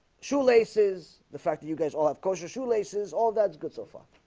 shoelaces the fact that you guys all have caught your shoelaces all that's good so far